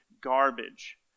garbage